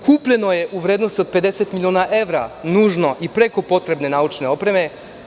Kupljeno je u vrednosti od 50 miliona evra nužne i preko potrebne naučne opreme.